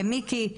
למיקי,